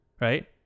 right